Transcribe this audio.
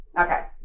Okay